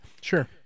sure